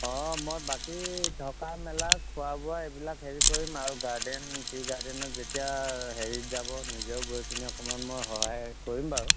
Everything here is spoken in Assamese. অঁ মই বাকী থকা মেলা খোৱা বোৱা এইবিলাক হেৰি কৰিম আৰু গাৰ্ডেন টি গাৰ্ডেনত যেতিয়া হেৰিত যাব নিজেও গৈ পিনি অকণমান মই সহায় কৰিম বাৰু